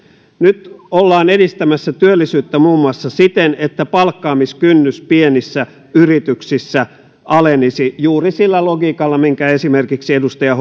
nyt ollaan edistämässä työllisyyttä muun muassa siten että palkkaamiskynnys pienissä yrityksissä alenisi juuri sillä logiikalla minkä esimerkiksi edustaja